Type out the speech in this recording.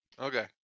Okay